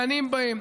דנים בהן.